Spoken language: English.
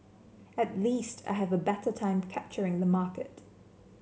at least I have a better time capturing the market